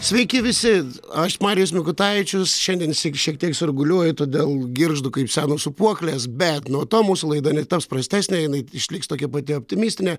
sveiki visi aš marijus mikutavičius šiandien šiek tiek sirguliuoju todėl girgždu kaip senos sūpuoklės bet nuo to mūsų laida netaps prastesnė jinai išliks tokia pati optimistinė